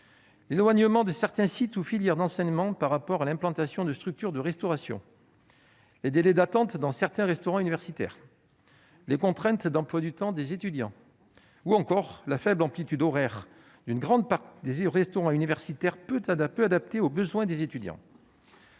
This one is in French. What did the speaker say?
l'éloignement de certains sites ou filières d'enseignement par rapport à l'implantation des structures de restauration ; les délais d'attente dans certains restaurants universitaires ; les contraintes liées à l'emploi du temps des étudiants ; ou encore la faible amplitude horaire d'une grande partie des restaurants universitaires, peu adaptée aux besoins des étudiants.